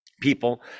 people